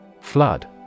Flood